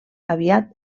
aviat